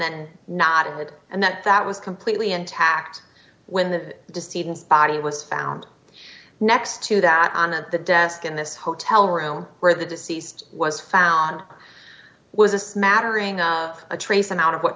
then not in it and that that was completely intact when the deceiving spidy was found next to that on at the desk in this hotel room where the deceased was found was a smattering of a trace amount of what